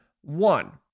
one